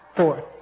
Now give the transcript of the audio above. Four